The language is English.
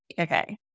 okay